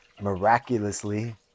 miraculously